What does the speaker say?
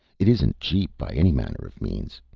it isn't cheap by any manner of means.